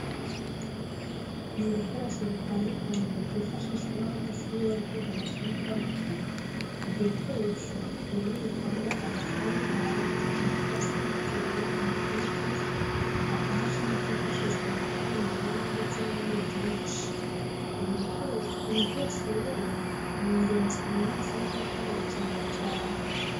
Ni ibikoresho bitandukanye byifashishwa n'abanyeshuri iyo bari kwiga amasomo atandukanye. Ibyo bikoresho birimo ibitabo, amakayi, amarati, umukasi, kereyo, amabike, akamashini kifashishwa mu gukora imibare ndetse n'ibindi byinshi. Ibi byose rero ni ingenzi ku munyeshuri kuko arabikenera cyane.